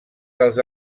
dels